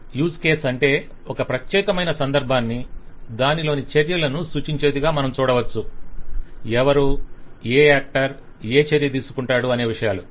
use case అంటే ఒక ప్రత్యేకమైన సందర్భాన్ని దానిలోని చర్యలను సూచించేదిగా మనం చూడవచ్చు - ఎవరు ఏ యాక్టర్ ఏ చర్య తీసుకుంటాడు అనే విషయాలు